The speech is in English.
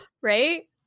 Right